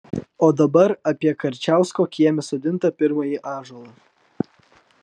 o dabar apie karčiausko kieme sodintą pirmąjį ąžuolą